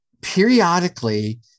periodically